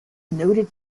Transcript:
noted